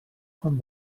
quan